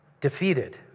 defeated